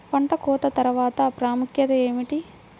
పంట కోత తర్వాత ప్రాముఖ్యత ఏమిటీ?